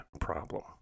problem